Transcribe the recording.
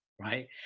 right